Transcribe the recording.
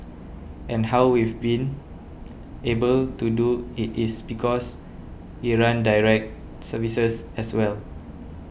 and how we've been able to do it is because we run direct services as well